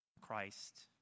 Christ